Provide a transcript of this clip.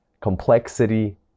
complexity